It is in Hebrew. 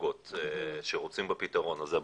זוגות שרוצים בפתרון הזה.